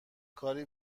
کاری